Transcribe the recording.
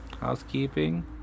Housekeeping